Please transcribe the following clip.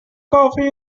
coffee